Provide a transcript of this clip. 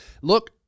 look